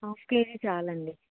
half K G చాలండి